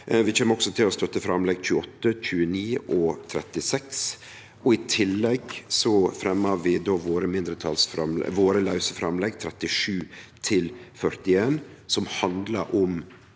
Vi kjem også til å støtte framlegga nr. 28, 29 og 36. I tillegg fremjar vi våre lause framlegg nr. 37– 41, som handlar om